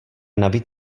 navíc